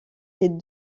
des